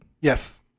Yes